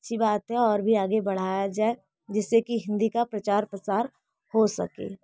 अच्छी बात है और भी आगे बढ़ाया जाए जिससे की हिन्दी का प्रचार प्रसार हो सके